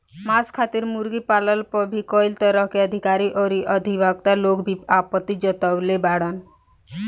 मांस खातिर मुर्गी पालन पर भी कई तरह के अधिकारी अउरी अधिवक्ता लोग भी आपत्ति जतवले बाड़न